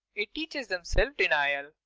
it teaches them self-denial,